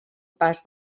pas